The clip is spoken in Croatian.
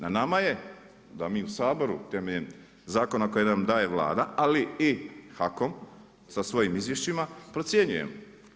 Na nama je da mi u Saboru, temeljem zakona koji nam daje Vlada, ali i HAKOM sa svojim izvješćima procjenjujemo.